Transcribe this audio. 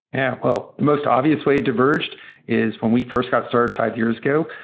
yeah. well, the most obvious way diverged is when we first got started five years ago.